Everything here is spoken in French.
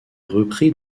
repris